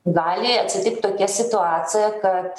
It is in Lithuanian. gali atsitikt tokia situacija kad